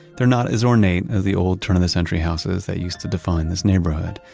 they're not as ornate as the old turn of the century houses that used to define this neighborhood,